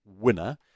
winner